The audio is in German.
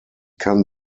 kann